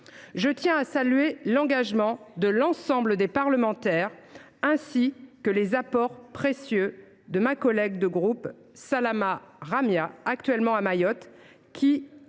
Je tiens à saluer l’engagement de l’ensemble des parlementaires, ainsi que les apports précieux de ma collègue de groupe, Salama Ramia, actuellement à Mayotte,